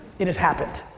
it has happened.